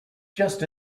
just